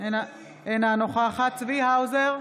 אינה נוכחת צבי האוזר,